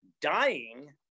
dying